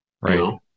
Right